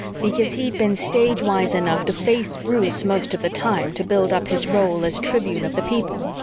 because he'd been stagewise enough to face bruce most of the time to build up his role as tribune of the people.